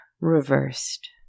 reversed